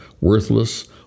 worthless